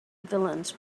villains